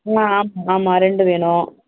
ஆமாம் ஆமாம் ரெண்டு வேணும்